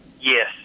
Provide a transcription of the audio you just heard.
Yes